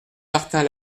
martin